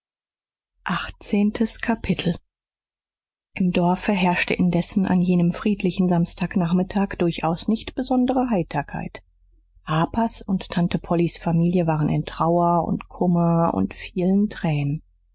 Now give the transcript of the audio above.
achtzehntes kapitel im dorfe herrschte indessen an jenem friedlichen samstag nachmittag durchaus nicht besondere heiterkeit harpers und tante pollys familie waren in trauer und kummer und vielen tränen